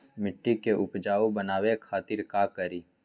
मिट्टी के उपजाऊ बनावे खातिर का करी?